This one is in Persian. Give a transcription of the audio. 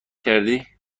کردی